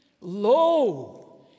lo